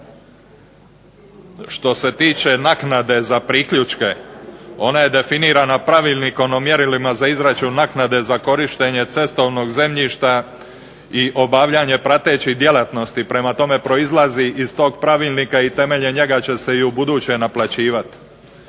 Što se tiče naknade za priključke, ona je definirana pravilnikom o mjerilima za izračun naknade za korištenje cestovnog zemljišta i obavljanje pratećih djelatnosti, prema tome proizlazi iz tog pravilnika i temeljem njega će se ubuduće naplaćivati